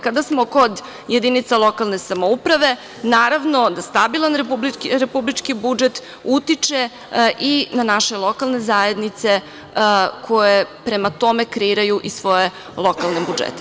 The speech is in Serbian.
Kada smo kod jedinica lokalne samouprave, naravno da stabilan republički budžet utiče i na naše lokalne zajednice koje prema tome kreiraju i svoje lokalne budžete.